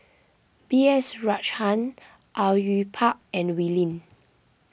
B S Rajhans Au Yue Pak and Wee Lin